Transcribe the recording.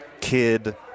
kid